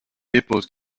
dépose